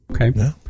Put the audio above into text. okay